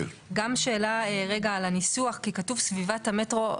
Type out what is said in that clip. גם שאלה רגע על הניסוח, כי כתוב סביבת המטרו.